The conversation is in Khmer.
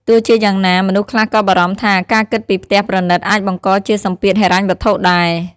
ទោះជាយ៉ាងណា មនុស្សខ្លះក៏បារម្ភថា ការគិតពីផ្ទះប្រណិតអាចបង្កជាសម្ពាធហិរញ្ញវត្ថុដែរ។